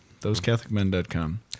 ThoseCatholicMen.com